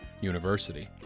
university